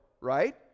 right